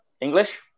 English